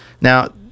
Now